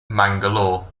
mangalore